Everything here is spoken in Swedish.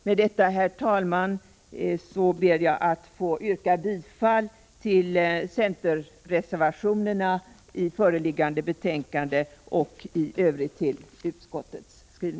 Med detta, herr talman, ber jag att få yrka bifall till centerreservationerna i föreliggande betänkande och i övrigt till utskottets bemställan.